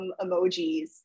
emojis